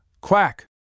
Quack